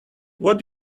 what